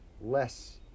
less